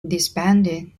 disbanded